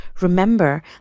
Remember